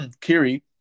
Kiri